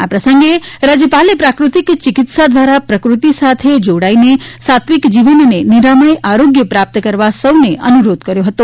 આ પ્રસંગે રાજ્યપાલે પ્રાકૃતિક ચિકિત્સા દ્વારા પ્રકૃતિ સાથે જોડીને સાત્વિક જીવન અને નિરામય આરોગ્ય પ્રાપ્ત કરવા સૌને અનુરોધ કર્યો હતો